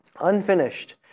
Unfinished